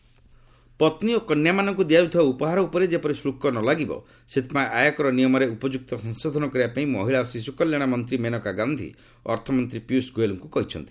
ଡବୂସିଡି income tax ପତ୍ନୀ ଓ କନ୍ୟାମାନଙ୍କୁ ଦିଆଯାଇଥିବା ଉପହାର ଉପରେ ଯେପରି ଶୁଳ୍କ ନ ଲାଗିବ ସେଥିପାଇଁ ଆୟକର ନିୟମରେ ଉପଯୁକ୍ତ ସଂଶୋଧନ କରିବା ପାଇଁ ମହିଳା ଓ ଶିଶୁକଲ୍ୟାଣ ମନ୍ତ୍ରୀ ମେନକା ଗାନ୍ଧୀ ଅର୍ଥମନ୍ତ୍ରୀ ପିୟୁଷ ଗୋଏଲଙ୍କୁ କହିଛନ୍ତି